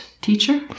teacher